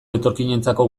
etorkinentzako